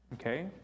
okay